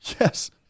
Yes